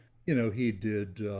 you know, he did